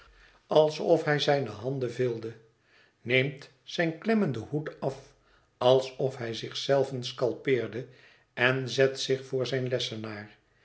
alsof hij zijne handen vilde neemt zijn'klemmenden hoed af alsof hij zich zelven skalpeerde en zet zich voor zijn lessenaar